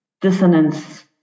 dissonance